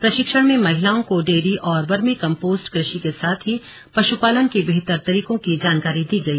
प्रशिक्षण में महिलाओं को डेयरी और वर्मी कंपोस्ट कृषि के साथ ही पशुपालन के बेहतर तरीके की जानकारी दी गई